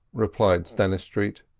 replied stannistreet,